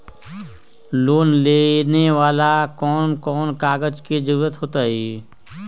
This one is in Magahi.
लोन लेवेला कौन कौन कागज के जरूरत होतई?